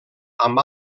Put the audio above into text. amb